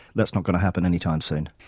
that's not going to happen any time soon.